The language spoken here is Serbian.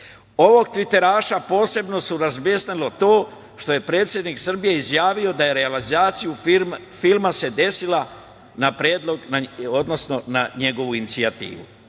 Ovog tviteraša posebno je razbesnelo to što je predsednik Srbije izjavio da se realizacija filma desila na njegovu inicijativu. Đilas